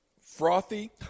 frothy